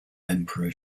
emperor